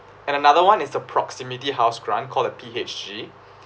and another one is the proximity house grant call the P_H_G